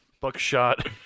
buckshot